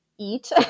Eat